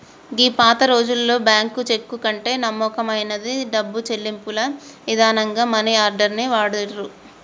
గీ పాతరోజుల్లో bank cheque కంటే నమ్మకమైన డబ్బు చెల్లింపుల ఇదానంగా మనీ ఆర్డర్ ని వాడిర్రు